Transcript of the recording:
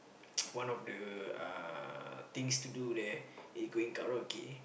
one of the uh things to do there is going karaoke